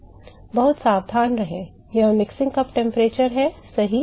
बहुत सावधान रहें यह मिक्सिंग कप तापमान है सही